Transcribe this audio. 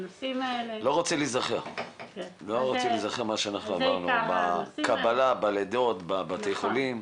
אני לא רוצה להיזכר במה שאנחנו עברנו לגבי הקבלה והלידות בבתי החולים.